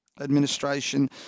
administration